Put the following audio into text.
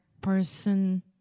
person